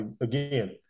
again